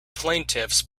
plaintiffs